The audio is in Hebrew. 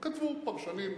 כתבו פרשנים מכובדים.